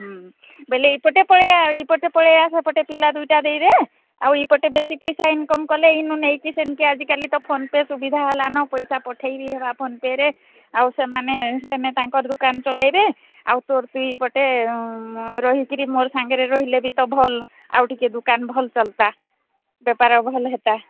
ହୁଁ ବୋଲେ ଏପଟେ ପଳେଇଆ ଏପଟେ ପଳେଇଆ ସେପଟେ ପିଲା ଦୁଇଟା ରହିବେ ଆଉ ଏପଟେ ବେଶୀକରି ପଇସା ଇନକମ୍ କଲେ ଇନୁ ନେଇକି ସେନକେ ଆଜିକାଲି ତ ଫୋନ୍ ପେ ସୁବିଧା ହେଲା ନ ପଇସା ପଠେଇ ବି ହେବ ଫୋନ୍ ପେ ରେ ଆଉ ସେମାନେ ସେନେ ତାଙ୍କର ଦୋକାନ ଚଲେଇବେ ଆଉ ତୋର ବି ଗୋଟେ ରହିକରି ମୋ ସାଙ୍ଗରେ ବି ରହିଲେ ଭଲ ଆଉ ଟିକେ ଦୋକାନ ଭଲ ଚାଲନ୍ତା ବବେପାର ଭଲ ହୁଅନ୍ତା